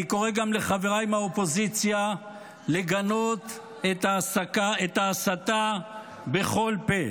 אני קורא גם לחבריי מהאופוזיציה לגנות את ההסתה בכל פה.